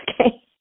okay